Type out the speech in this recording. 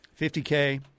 50K